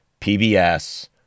PBS